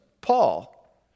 Paul